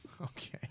Okay